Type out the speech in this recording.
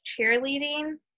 cheerleading